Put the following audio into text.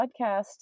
podcast